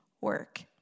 work